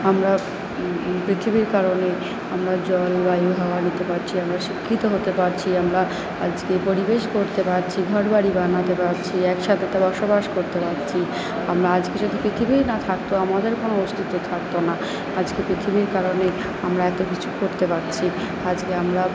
আমরা পৃথিবীর কারণে আমরা জল বায়ু হাওয়া নিতে পারছি আমরা শিক্ষিত হতে পারছি আমরা আজকে পরিবেশ করতে পারছি ঘর বাড়ি বানাতে পারছি একসাথে বসবাস করতে পারছি আমরা আজকে যদি পৃথিবীই না থাকতো আমাদের কোনো অস্তিত্ব থাকতো না আজকে পৃথিবীর কারণে আমরা এতো কিছু করতে পারছি আজকে আমরা